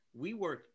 WeWork